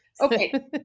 Okay